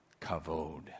Kavod